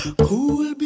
cool